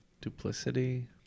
duplicity